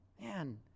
Man